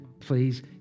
Please